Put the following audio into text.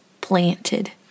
planted